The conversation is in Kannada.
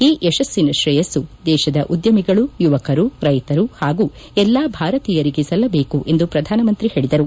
ಈ ಯಶಸ್ಸಿನ ಶ್ರೇಯಸ್ತು ದೇಶದ ಉದ್ದಮಿಗಳು ಯುವಕರು ರೈತರು ಹಾಗೂ ಎಲ್ಲಾ ಭಾರತೀಯರಿಗೆ ಸಲ್ಲಬೇಕು ಎಂದು ಪ್ರಧಾನಮಂತ್ರಿ ಹೇಳದರು